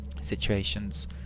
situations